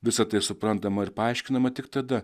visa tai suprantama ir paaiškinama tik tada